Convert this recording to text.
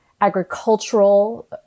agricultural